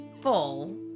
full